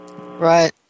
Right